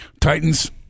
Titans